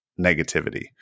negativity